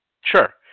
Sure